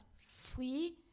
free